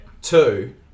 Two